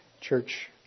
church